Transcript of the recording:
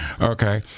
Okay